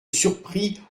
surpris